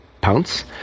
pounds